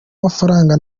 mafaranga